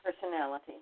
personality